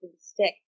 stick